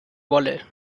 wolle